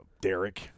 Derek